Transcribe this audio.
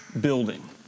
building